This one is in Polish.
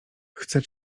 chce